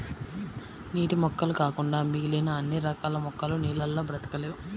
నీటి మొక్కలు కాకుండా మిగిలిన అన్ని రకాల మొక్కలు నీళ్ళల్లో బ్రతకలేవు